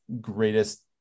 greatest